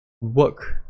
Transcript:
work